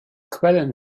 quellen